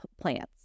plants